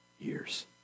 years